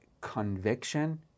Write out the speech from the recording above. conviction